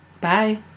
Bye